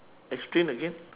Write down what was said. explain again